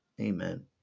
Amen